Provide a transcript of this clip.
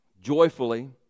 joyfully